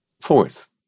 Fourth